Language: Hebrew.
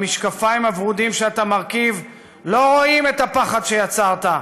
במשקפיים הוורודים שאתה מרכיב לא רואים את הפחד שיצרת,